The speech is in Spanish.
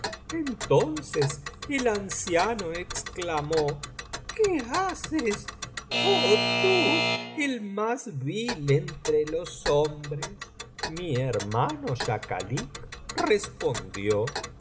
entonces el anciano exclamó qué haces oh tú el más vil entre los hombres mi hermano schakalik respondió oh